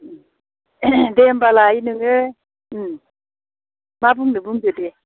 दे होनबालाय नोङो मा बुंनो बुंदो दे